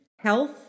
health